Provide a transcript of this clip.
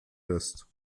west